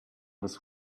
was